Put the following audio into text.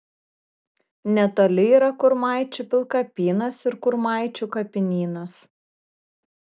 netoli yra kurmaičių pilkapynas ir kurmaičių kapinynas